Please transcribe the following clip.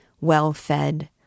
Well-fed